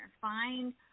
Find